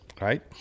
right